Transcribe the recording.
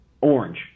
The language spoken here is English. orange